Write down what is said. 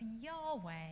Yahweh